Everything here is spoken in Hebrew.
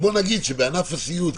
ובוא נגיד שבענף הסיעוד,